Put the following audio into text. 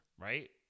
right